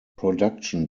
production